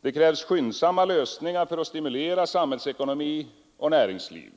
Det krävs skyndsamma lösningar för att stimulera samhällsekonomi och näringsliv.